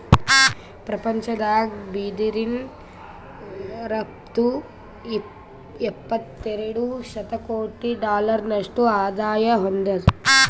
ಪ್ರಪಂಚದಾಗ್ ಬಿದಿರಿನ್ ರಫ್ತು ಎಪ್ಪತ್ತೆರಡು ಶತಕೋಟಿ ಡಾಲರ್ನಷ್ಟು ಆದಾಯ್ ಹೊಂದ್ಯಾದ್